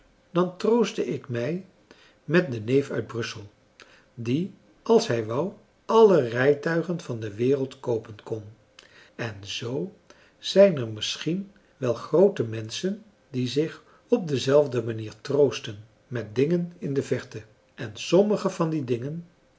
dan troostte ik mij met den neef uit brussel die als hij wou alle rijtuigen van de wereld koopen kon en zoo zijn er misschien wel groote menschen die zich op dezelfde manier troosten met dingen in de verte en sommige van die dingen